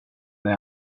när